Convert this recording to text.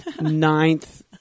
ninth